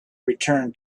returned